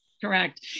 Correct